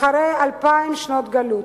אחרי אלפיים שנות גלות.